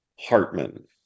Hartman